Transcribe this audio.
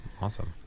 Awesome